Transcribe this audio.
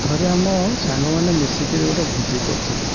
ଥରେ ଆମ ସାଙ୍ଗମାନେ ମିଶିକିରି ଗୋଟେ ଭୋଜି କରୁଥିଲୁ